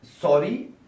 sorry